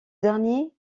dernier